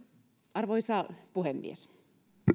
arvoisa puhemies